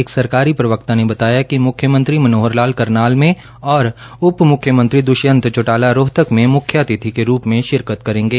एक सरकारी प्रवक्ता ने बताया कि मुख्यमंत्री मनोहर लाल करनाल में और उप मुख्यमंत्री दृश्यंत चौटाला रोहतक में मुख्यातिथि के रूप में शिरकत करेंगे